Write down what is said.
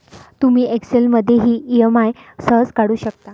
तुम्ही एक्सेल मध्ये देखील ई.एम.आई सहज काढू शकता